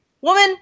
woman